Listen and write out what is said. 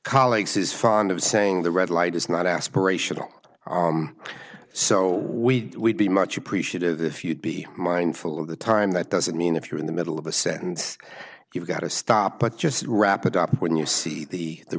colleagues is fond of saying the red light is not aspirational so we be much appreciative if you'd be mindful of the time that doesn't mean if you're in the middle of a sentence you've got to stop but just to wrap it up when you see the the